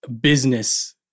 business